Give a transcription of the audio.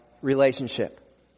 relationship